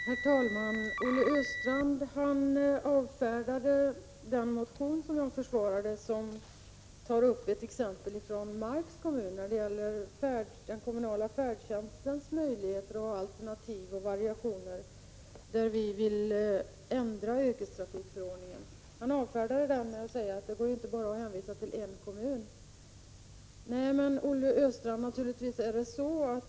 Herr talman! Olle Östrand avfärdade den motion som jag försvarade. Den tar som exempel Marks kommun på den kommunala färdtjänstens möjligheter, alternativ och variationer. På den punkten vill vi ändra yrkestrafikförordningen. Han avfärdade motionen med att säga att det inte går att hänvisa till bara en kommun. Naturligtvis är det så, Olle Östrand.